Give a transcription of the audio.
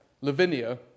Lavinia